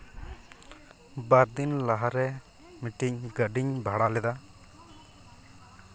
ᱵᱟᱨ ᱫᱤᱱ ᱞᱟᱦᱟ ᱨᱮ ᱢᱤᱫᱴᱤᱡ ᱜᱟᱹᱰᱤᱧ ᱵᱷᱟᱲᱟ ᱞᱮᱫᱟ